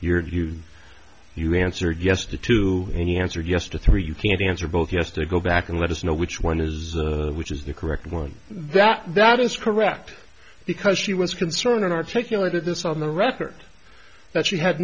you're due you answered yes to two he answered yes to three you can't answer both yes they go back and let us know which one is which is the correct one that that is correct because she was concerned and articulate at this on the record that she had